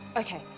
okay,